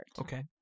Okay